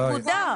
נקודה,